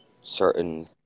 certain